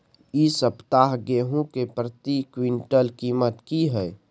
इ सप्ताह गेहूं के प्रति क्विंटल कीमत की हय?